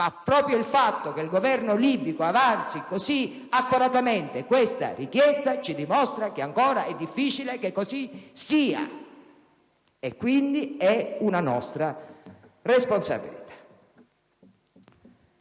Ma proprio il fatto che il Governo libico avanzi, così accoratamente, questa richiesta, ci dimostra che è ancora difficile che sia così: quindi, questa è una nostra responsabilità.